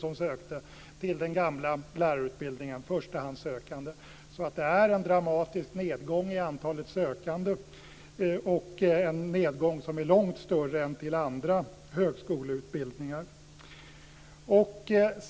Det är alltså en dramatisk nedgång i antalet sökande, en nedgång som är långt större än till andra högskoleutbildningar.